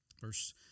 Verse